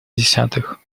десятых